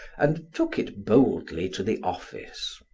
and took it boldly to the office.